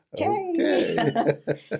Okay